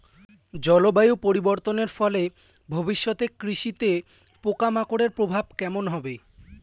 জলবায়ু পরিবর্তনের ফলে ভবিষ্যতে কৃষিতে পোকামাকড়ের প্রভাব কেমন হবে?